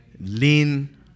lean